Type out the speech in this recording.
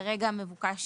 כרגע מבוקש